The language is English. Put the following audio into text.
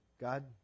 God